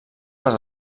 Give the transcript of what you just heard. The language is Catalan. les